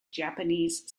japanese